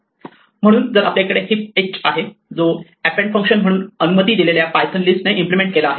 म्हणून जर आपल्याकडे हिप एच आहे जो एपेंड फंक्शन म्हणून अनुमति दिलेल्या पायथन लिस्ट ने इम्प्लिमेंट केला आहे